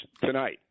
tonight